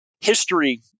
history